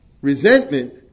resentment